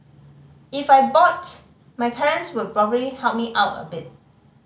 if I bought my parents would probably help me out a bit